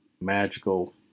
Magical